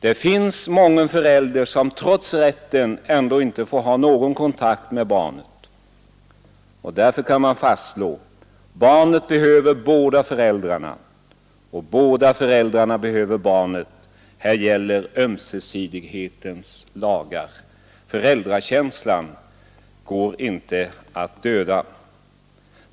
Det finns mången förälder som trots rätten ändå inte får ha någon kontakt med barnet. Nr 105 Men barnet behöver båda föräldrarna, och båda föräldrarna behöver Onsdagen den barnet — här gäller ömsesidighetens lager. Föräldrakänslan går inte att 30 maj 1973 döda.